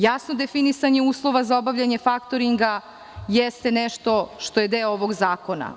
Jasno definisanje uslova za obavljanje faktoringa jeste nešto što je deo ovog zakona.